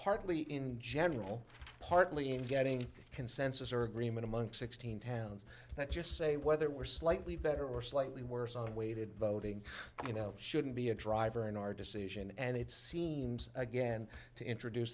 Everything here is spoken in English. partly in general partly in getting consensus or agreement among sixteen towns that just say whether we're slightly better or slightly worse on weighted voting you know shouldn't be a driver in our decision and it seems again to introduce